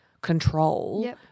control